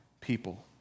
people